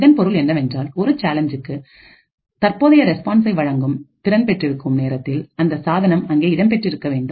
இதன் பொருள் என்னவென்றால் ஒரு சேலஞ்சுக்கு தற்போதைய ரெஸ்பான்ஸை வழங்கும் திறன் பெற்றிருக்கும் நேரத்தில் அந்த சாதனம் அங்கே இடம் பெற்றிருக்க வேண்டும்